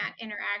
interact